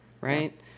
Right